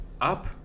up